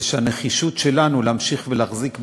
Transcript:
זה שהנחישות שלנו להמשיך להחזיק בקרקע,